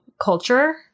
culture